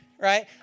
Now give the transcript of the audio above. right